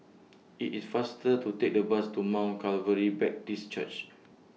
IT IS faster to Take The Bus to Mount Calvary Baptist Church